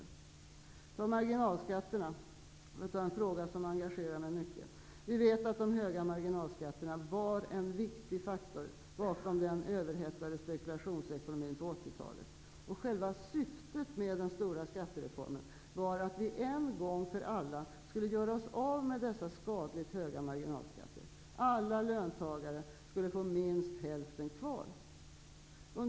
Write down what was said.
Jag skall ta upp marginalskatterna, för att nämna en fråga som engagerar mig mycket. Vi vet att de höga marginalskatterna var en viktig faktor bakom den överhettade spekulationsekonomin på 1980 talet. Själva syftet med den stora skattereformen var att vi en gång för alla skulle göra oss av med dessa skadligt höga marginalskatter. Alla löntagare skulle få minst hälften kvar.